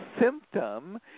symptom